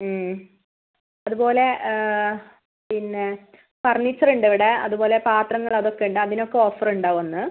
മ് അതുപോലെ പിന്നെ ഫർണിച്ചർ ഉണ്ട് ഇവിടെ അതുപോലെ പാത്രങ്ങൾ അതൊക്കെ ഉണ്ട് അതിനൊക്കെ ഓഫർ ഉണ്ടാവും അന്ന്